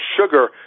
sugar